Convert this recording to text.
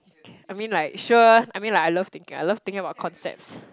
I mean like sure I mean like I love thinking I love thinking about concepts